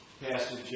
Pastor